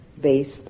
based